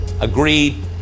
agreed